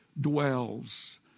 dwells